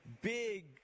big